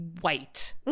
white